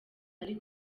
ari